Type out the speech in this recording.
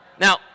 Now